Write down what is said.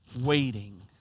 waiting